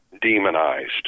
demonized